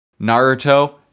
Naruto